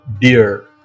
deer